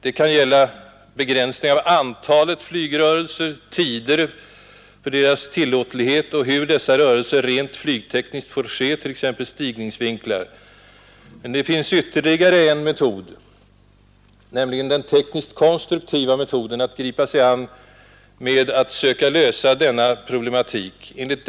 Det kan gälla begränsningar av antalet flygrörelser, tider för deras tillåtlighet och hur dessa rörelser rent flygtekniskt får ske, t.ex. stigningsvinklar. Men det finns ytterligare en metod, nämligen den tekniskt-konstruktiva metoden att gripa sig an den problematik vi här talar om.